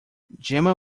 jemma